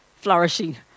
flourishing